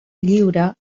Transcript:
lliure